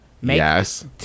Yes